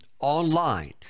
online